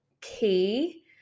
key